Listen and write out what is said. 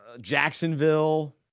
Jacksonville